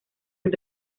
han